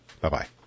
Bye-bye